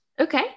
Okay